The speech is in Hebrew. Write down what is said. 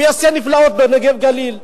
הוא יעשה נפלאות בנגב-גליל.